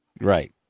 Right